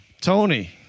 Tony